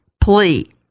plea